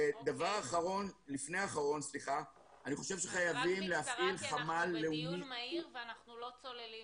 דבר לפני אחרון -- רק בקצרה כי אנחנו בדיון מהיר ואנחנו לא צוללים